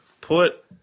put